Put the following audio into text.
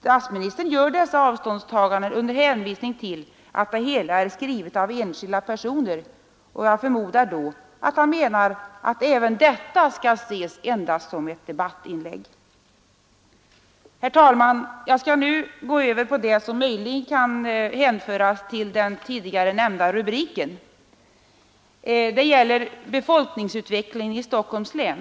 Statsministern gör dessa avståndstaganden under hänvisning till är skrivet av enskilda personer, och jag förmodar då att han att det hela menar att även sådant skall ses endast som ett debattinlägg. Herr talman! Jag skall nu övergå till det som möjligen kan hänföras äller befolkningsutvecklingen i till den tidigare nämnda rubriken. Det Stockholms län.